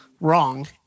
wrong